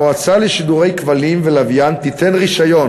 המועצה לשידורי כבלים ולוויין תיתן רישיון